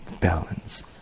Balance